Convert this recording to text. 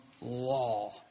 law